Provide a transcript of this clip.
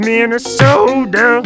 Minnesota